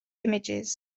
images